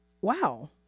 Wow